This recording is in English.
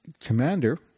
commander